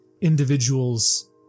individuals